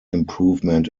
improvement